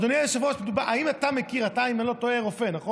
אדוני היושב-ראש, אתה אם אני לא טועה רופא, נכון?